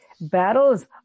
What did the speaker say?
Battles